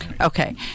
Okay